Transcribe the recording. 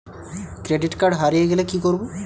Credit card হারিয়ে গেলে কি করব?